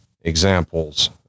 examples